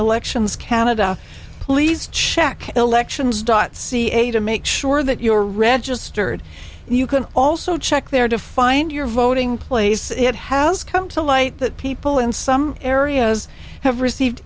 elections canada please check elections dot ca to make sure that you are registered you can also check there to find your voting place it has come to light that people in some areas have received